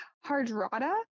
Hardrada